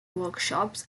workshops